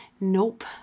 Nope